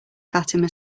fatima